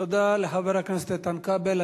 תודה לחבר הכנסת איתן כבל.